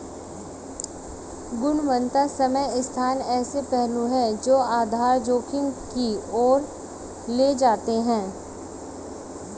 गुणवत्ता समय स्थान ऐसे पहलू हैं जो आधार जोखिम की ओर ले जाते हैं